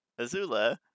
Azula